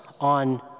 on